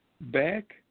back